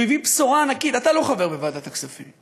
שהוא הביא בשורה ענקית, אתה לא חבר בוועדת הכספים.